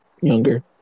younger